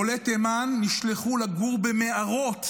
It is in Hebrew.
עולי תימן נשלחו לגור במערות.